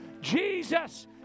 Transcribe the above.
Jesus